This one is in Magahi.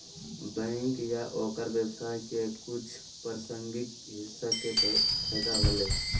बैंक या ओकर व्यवसाय के कुछ प्रासंगिक हिस्सा के फैदा होलय